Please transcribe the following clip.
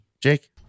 jake